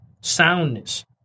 soundness